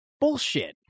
Bullshit